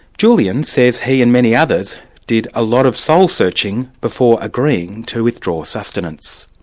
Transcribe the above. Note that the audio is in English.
julian says he and many others did a lot of soul-searching before agreeing to withdraw sustenance.